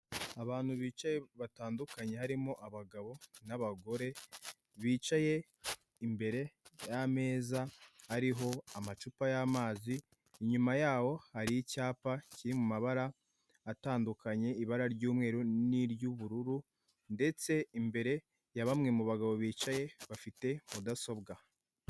Abantu bicaye batandukanye harimo abagabo n'abagore, bicaye imbere y'ameza hariho amacupa y'amazi inyuma yaho hari icyapa kiri mu mabara atandukanye, ibara ry'umweru niry'ubururu, ndetse imbere ya bamwe mu bagabo bafite mudasobwa.